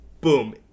Boom